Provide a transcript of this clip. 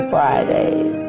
Fridays